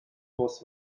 goss